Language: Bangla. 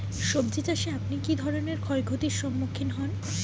সবজী চাষে আপনি কী ধরনের ক্ষয়ক্ষতির সম্মুক্ষীণ হন?